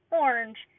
orange